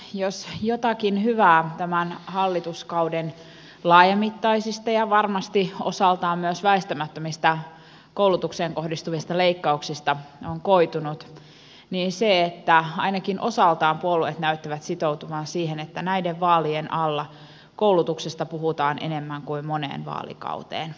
jos jotakin hyvää tämän hallituskauden laajamittaisista ja varmasti osaltaan myös väistämättömistä koulutukseen kohdistuvista leikkauksista on koitunut niin se että ainakin osaltaan puolueet näyttävät sitoutuvan siihen että näiden vaalien alla koulutuksesta puhutaan enemmän kuin moneen vaalikauteen